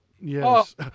Yes